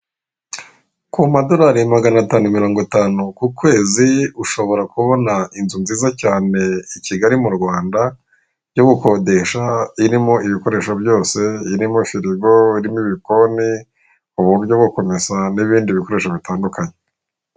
Ku madorari magana atanu mirongo itanu ku kwezi ushobora kubona inzu nziza cyane i Kigali mu Rwanda yo gukodesha, irimo ibikoresho byose, irimo firigo, irimo ibikoni, uburyo bwo ku meza n'ibindi bikoresho bitandukanye.